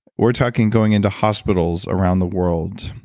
we're talking going into hospitals around the world.